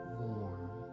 warm